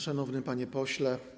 Szanowny Panie Pośle!